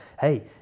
hey